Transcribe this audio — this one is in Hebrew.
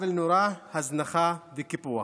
מדובר בעוול נורא, בהזנחה ובקיפוח.